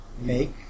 Make